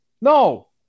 No